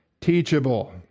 teachable